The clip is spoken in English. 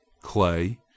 Clay